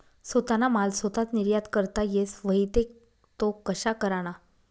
सोताना माल सोताच निर्यात करता येस व्हई ते तो कशा कराना?